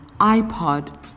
iPod